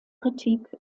kritik